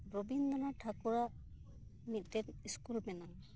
ᱨᱚᱵᱤᱱᱫᱨᱚᱱᱟᱛᱷ ᱴᱷᱟᱠᱩᱨᱟᱜ ᱢᱤᱫᱴᱮᱱ ᱤᱥᱠᱩᱞ ᱢᱮᱱᱟᱜ ᱟ